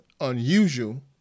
unusual